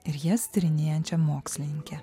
ir jas tyrinėjančia mokslininke